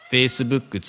Facebook